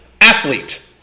athlete